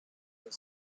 the